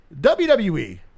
WWE